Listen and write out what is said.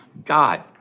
God